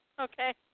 Okay